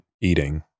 eating